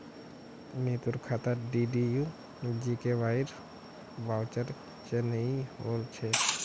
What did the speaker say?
नीतूर खातात डीडीयू जीकेवाईर वाउचर चनई होल छ